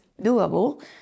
doable